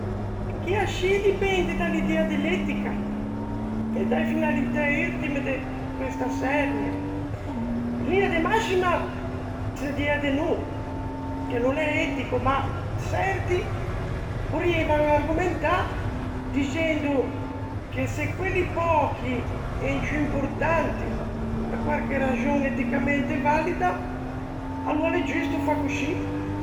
Chì ascì dipende da l'idea de l'etica, e da-e finalitæ urtime de questa çernia. In linia de mascima se diæ de no, che no l'é etico, ma çerti porrieivan argomentâ dixendo che se quelli pöchi en ciù importanti, pe quarche raxon eticamente valida, aloa l'é giusto fâ coscì.